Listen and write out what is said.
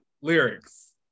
lyrics